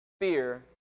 fear